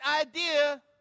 idea